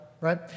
right